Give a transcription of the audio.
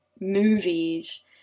movies